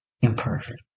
imperfect